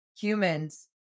humans